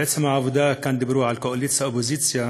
בעצם העובדה כאן דיברו על קואליציה ואופוזיציה,